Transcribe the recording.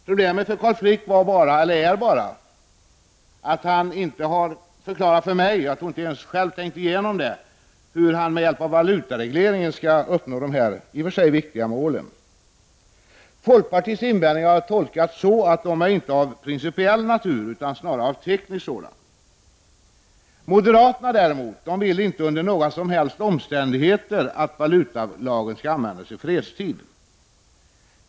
Problemet är bara att Carl Frick inte har kunnat förklara för mig — ja, jag tror att han inte ens har tänkt igenom detta — hur han med hjälp av valutaregleringen kan uppnå de i och för sig viktiga mål som man har satt upp. När det gäller folkpartiets invändningar gör jag tolkningen att dessa inte är av principiell natur. Snarare är de av teknisk natur. Moderaterna däremot vill inte under några som helst omständigheter att valutalagen skall användas i fredstid.